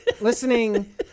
listening